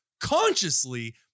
consciously